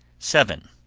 seven.